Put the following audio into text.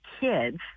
kids